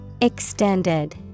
Extended